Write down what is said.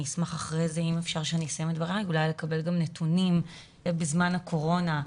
אשמח לקבל נתונים לגבי המענים שניתנו בזמן הקורונה.